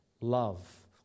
Love